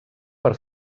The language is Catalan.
per